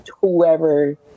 whoever